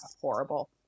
horrible